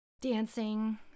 dancing